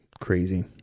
crazy